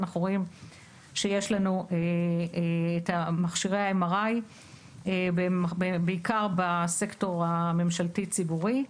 יש לנו את מכשירי ה-MRI בעיקר בסקטור הממשלתי ציבורי.